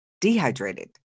dehydrated